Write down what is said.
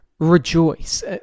Rejoice